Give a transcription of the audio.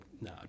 no